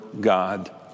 God